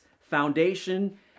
foundation